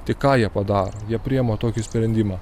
tai ką jie padaro jie priėma tokį sprendimą